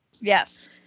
Yes